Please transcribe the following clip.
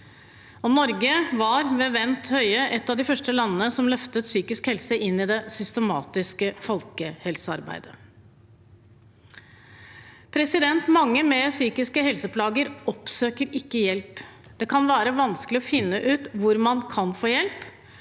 Høie, et av de første landene som løftet psykisk helse inn i det systematiske folkehelsearbeidet. Mange med psykiske helseplager oppsøker ikke hjelp. Det kan være vanskelig å finne ut hvor man kan få hjelp,